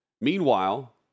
Meanwhile